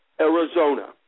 Arizona